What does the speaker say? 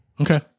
okay